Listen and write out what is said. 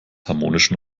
harmonischen